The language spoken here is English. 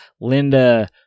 Linda